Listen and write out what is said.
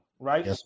right